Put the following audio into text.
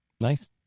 Nice